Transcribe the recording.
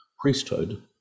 priesthood